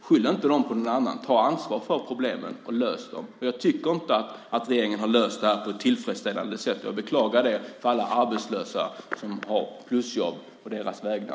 Skyll inte dem på någon annan! Ta ansvar för problemen, och lös dem! Jag tycker inte att regeringen har löst det här på ett tillfredsställande sätt, och jag beklagar det för alla arbetslösa som har plusjobb och på deras vägnar.